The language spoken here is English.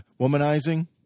womanizing